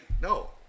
no